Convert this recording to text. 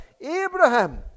Abraham